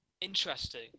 interesting